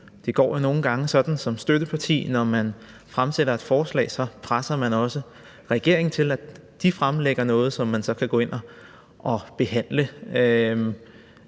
Det går jo nogle gange sådan som støtteparti, når man fremsætter et forslag, at så presser man også regeringen til, at de fremlægger noget, som man så kan gå ind og behandle